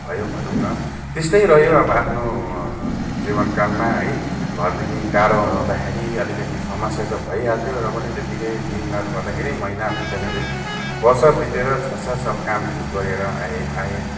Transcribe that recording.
भयो भनौँ न त्यस्तै रह्यो अब आफ्नो जीवन कालमा है घरदेखि टाढोमा रहँदाखेरि अलिकति समस्या त भइहाल्थ्यो र पनि त्यतिकै दिनरात गर्दाखेरि महिना हुँदा हुँदै वर्ष बितेर छ सात साल कामहरू गरेर आएँ आएँ